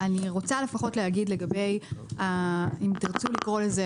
אני רוצה לדבר על התמריץ של משרד המשפטים,